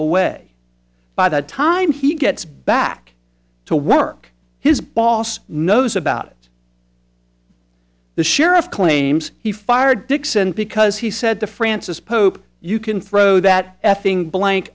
away by the time he gets back to work his boss knows about it the sheriff claims he fired dixon because he said to francis pope you can throw that effing blank